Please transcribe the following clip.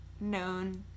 known